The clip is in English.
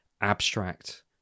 abstract